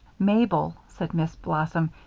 mabel, said miss blossom,